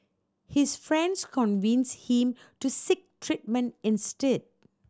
his friends convinced him to seek treatment instead